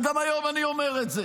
וגם היום אני אומר את זה.